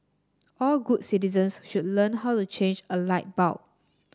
all good citizens should learn how to change a light bulb